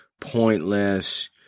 pointless